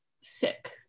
sick